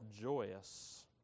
joyous